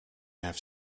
have